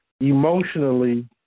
emotionally